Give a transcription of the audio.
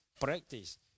practice